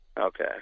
Okay